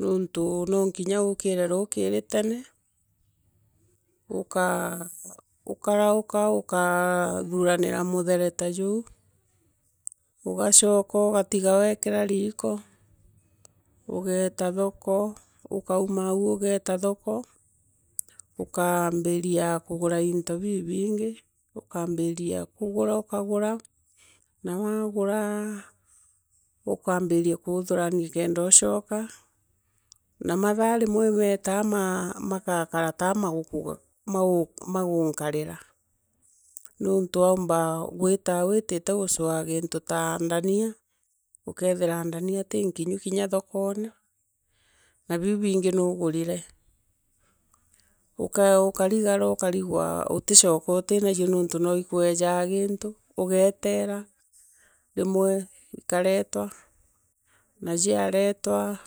Nontu no nkiinya uukire ruukiri tene, ukaa, ukarauka, ukathuranira muthere ta juu, ugachoka ugatiga weekira riiko, ugeeta thoko, ukauma au ugeeta thoko, ukaambiria kuugura into bibingi, ukambiria kugura ukagura, na waagura, ukambiria kutharania konda uchooka na mathaa rimwe imeetamaa, magakara taa magunkaria nontu womba gwita wiitite guchoa kiritu ta ndania, ukeethira ndanio tiinkinyu kinya thokone, na biu bingi nuugurire. Ukarigara ukarigwa utichoka utina uo naitu noo ukwaejaa gintu, ugeetera, rimwe ikaretwa, na jiaretwa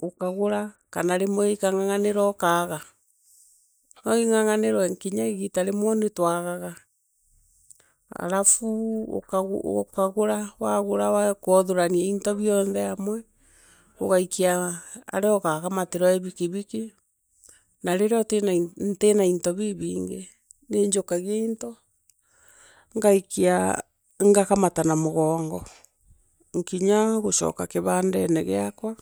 ukagura, kana rimwe no twagaga. Halafu ukagura, wagura ukoothurania into, blonthe amwe, ugaikia area ugaakamatirwa ii bikibiki, na riria utina, ntina into biibingi ni njukagira into, ngaikiu ngakamata na mugongo nkinya gucooka kibandene glaakwa.